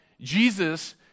Jesus